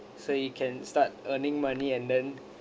so you can start earning money and then